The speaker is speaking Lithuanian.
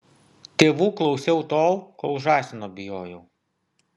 tėvų klausiau tol kol žąsino bijojau